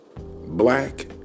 black